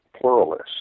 pluralist